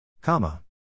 Comma